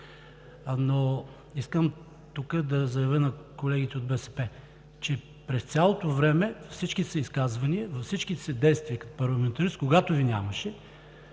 Искам тука да заявя на колегите от БСП, че през цялото време, във всичките си изказвания, във всичките си действия като парламентарист, когато Ви нямаше,